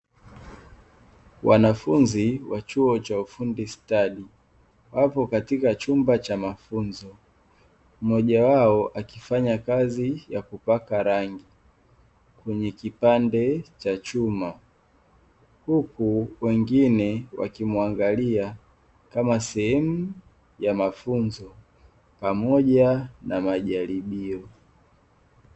Wanafunzi wa chuo cha ufundi stadi wapo katika chumba cha mafunzo, mmoja wao akifanya kazi ya kupaka rangi kwenye kipande cha chuma, huku wengine wakimwangalia kama sehemu ya mafunzo pamoja na majaribio.